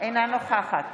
אינה נוכחת